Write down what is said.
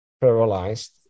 paralyzed